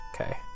Okay